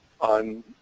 on